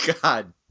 god